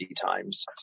times